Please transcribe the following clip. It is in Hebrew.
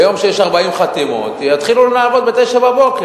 ביום שיש 40 חתימות יתחילו לעבוד ב-09:00,